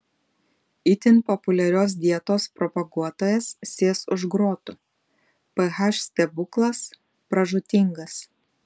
itin populiarios dietos propaguotojas sės už grotų ph stebuklas pražūtingas